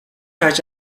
хайж